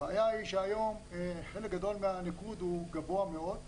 הבעיה היא שהיום חלק גדול מהניקוד הוא גבוה מאוד,